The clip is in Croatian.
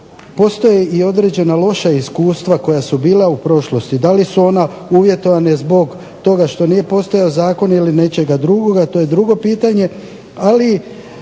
postoje određena loša iskustva koja su bila u prošlosti? Da li su ona uvjetovana zbog toga što nije postojao zakon ili nečega drugoga, to je drugo pitanje. Ali